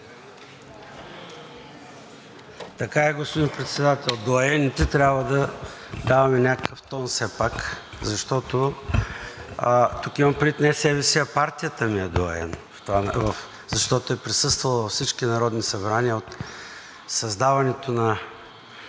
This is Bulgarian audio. Така е, господин Председател, доайените трябва да даваме някакъв тон все пак. Тук имам предвид не себе си, а партията ми е доайен, защото е присъствала във всички народни събрания от създаването на